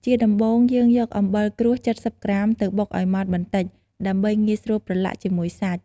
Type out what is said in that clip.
ជាដំំបូង យើងយកអំបិលក្រួស ៧០ក្រាម ទៅបុកឱ្យម៉ដ្ដបន្តិច ដើម្បីងាយស្រួលប្រឡាក់ជាមួយសាច់។